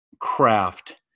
craft